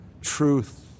truth